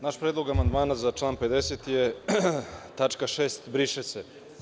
Naš predlog amandmana za član 50. je tačka 6) briše se.